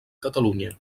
catalunya